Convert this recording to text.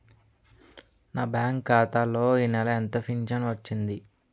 నా బ్యాంక్ ఖాతా లో ఈ నెల ఎంత ఫించను వచ్చింది?